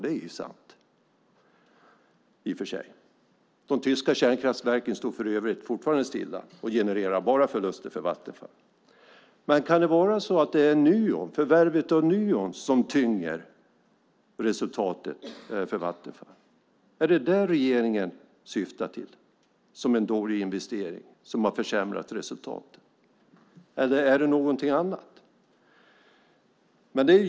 Det är sant, och de tyska kärnkraftverken står för övrigt fortfarande stilla och genererar bara förluster för Vattenfall. Men kan det vara så att det är förvärvet av Nuon som tynger ned resultatet för Vattenfall? Är det detta som regeringen syftar på som en dålig investering som har försämrat resultatet, eller är det något annat?